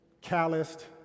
calloused